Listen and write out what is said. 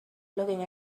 looking